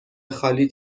خالی